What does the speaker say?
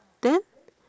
then